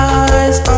eyes